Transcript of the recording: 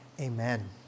amen